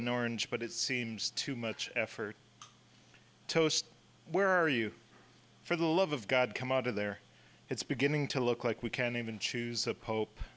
an orange but it seems too much effort toast where are you for the love of god come out of there it's beginning to look like we can even choose a pope